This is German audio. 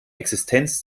existenz